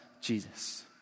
Jesus